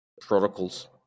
protocols